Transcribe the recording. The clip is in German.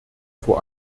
vor